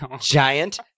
giant